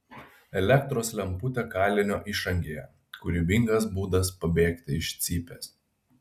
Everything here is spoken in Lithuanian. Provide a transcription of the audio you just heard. elektros lemputė kalinio išangėje kūrybingas būdas pabėgti iš cypės